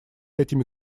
этими